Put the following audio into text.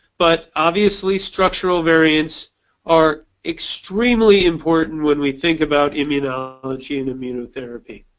but obviously structural variants are extremely important when we think about immunology and immunotherapy.